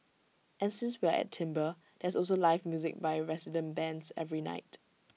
and since we're at s there's also live music by resident bands every night